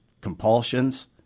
compulsions